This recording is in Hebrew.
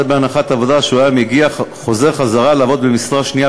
זה בהנחת עבודה שהוא היה חוזר לעבוד במשרה שנייה